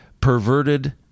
perverted